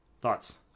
Thoughts